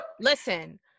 listen